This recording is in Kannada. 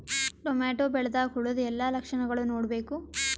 ಟೊಮೇಟೊ ಬೆಳಿದಾಗ್ ಹುಳದ ಏನ್ ಲಕ್ಷಣಗಳು ನೋಡ್ಬೇಕು?